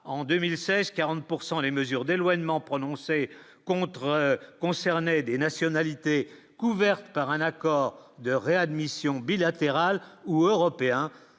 en 2016, 40 pourcent les mesures d'éloignement prononcées contre concernaient des nationalités couvertes par un accord de réadmission bilatéral ou européen